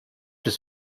his